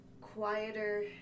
quieter